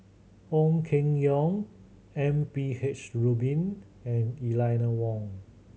Ong Keng Yong M P H Rubin and Eleanor Wong